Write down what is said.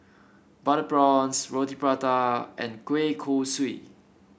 Butter Prawns Roti Prata and Kueh Kosui